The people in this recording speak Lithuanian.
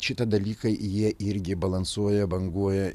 šitą dalyką jie irgi balansuoja banguoja